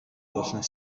болон